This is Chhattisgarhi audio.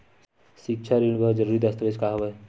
सिक्छा ऋण बर जरूरी दस्तावेज का हवय?